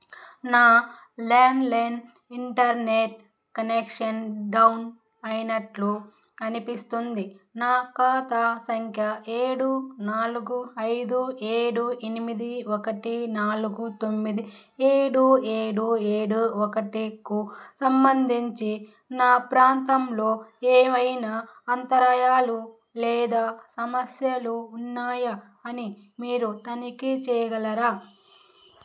నా landline internet connection down అయినట్లు అనిపిస్తుంది నా ఖాతా సంఖ్య ఏడు నాలుగు ఐదు ఏడు ఎనిమిది ఒకటి నాలుగు తొమ్మిది ఏడు ఏడు ఏడు ఒకటికు సంబంధించి నా ప్రాంతంలో ఏవైనా అంతరాయాలు లేదా సమస్యలు ఉన్నాయా అని మీరు తనిఖీ చేయగలరా